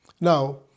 Now